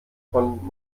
von